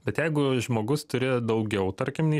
bet jeigu žmogus turi daugiau tarkim nei